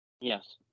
Yes